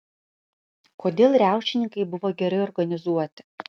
kodėl riaušininkai buvo gerai organizuoti